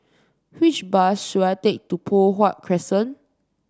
which bus should I take to Poh Huat Crescent